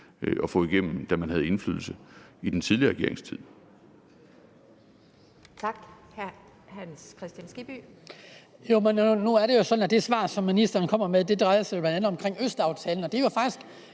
at få igennem, da man havde indflydelse i den tidligere regerings tid.